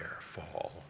fall